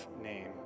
name